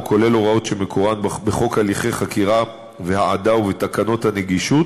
הוא כולל הוראות שמקורן בחוק הליכי חקירה והעדה ובתקנות הנגישות,